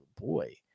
boy